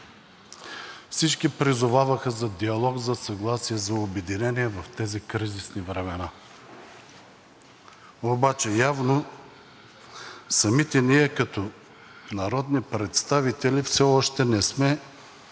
Всички призоваваха за диалог, за съгласие, за обединение в тези кризисни времена. Обаче явно самите ние като народни представители все още не сме